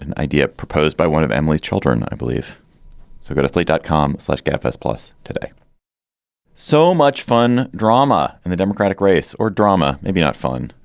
and idea proposed by one of emily's children, and i believe it's so going to philly dot com flood gaffes plus today so much fun drama in the democratic race or drama, maybe not fun.